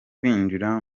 kwinjira